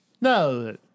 No